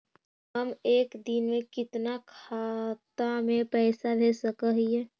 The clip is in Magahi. हम एक दिन में कितना खाता में पैसा भेज सक हिय?